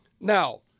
Now